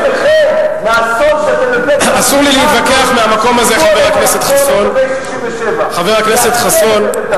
אתם מצילים את עצמכם מהאסון שאתם הבאתם על המדינה הזאת,